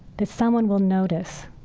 that someone will notice.